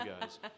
guys